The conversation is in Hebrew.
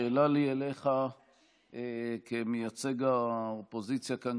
שאלה לי אליך כמייצג האופוזיציה כאן,